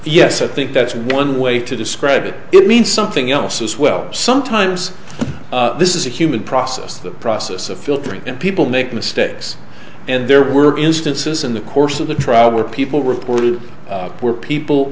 yes i think that's one way to describe it it means something else as well sometimes this is a human process the process of filtering and people make mistakes and there were instances in the course of the trial where people reported poor people